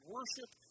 Worship